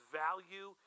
value